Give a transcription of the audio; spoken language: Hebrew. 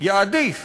יעדיף